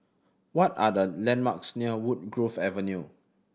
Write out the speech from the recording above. what are the landmarks near Woodgrove Avenue